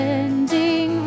ending